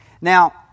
Now